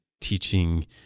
teaching